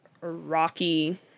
rocky